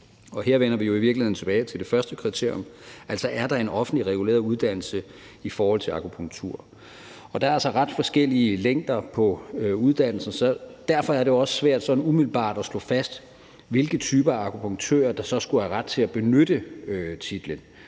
Og her vender vi jo i virkeligheden tilbage til det første kriterium, altså er der en offentligt reguleret uddannelse i forhold til akupunktur? Og der er altså ret forskellige længder på uddannelsen, så derfor er det også svært umiddelbart at slå fast, hvilke typer akupunktører der så skulle have ret til at benytte titlen.